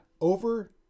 over